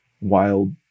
Wild